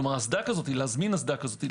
כלומר להזמין אסדה כזאת.